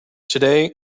today